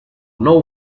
nou